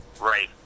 Right